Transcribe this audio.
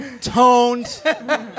toned